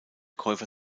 käufer